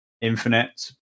infinite